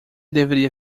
deveria